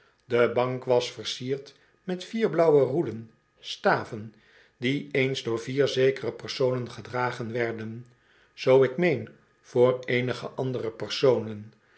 de bank was versierd met vier blauwe roeden staven die eens door vier zekere personen gedragen werden zoo ik meen voor eenige andere personen